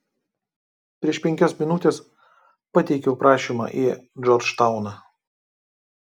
prieš penkias minutes pateikiau prašymą į džordžtauną